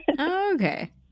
Okay